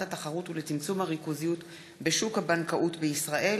התחרות ולצמצום הריכוזיות בשוק הבנקאות בישראל,